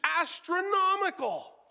astronomical